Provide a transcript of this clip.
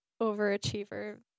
overachiever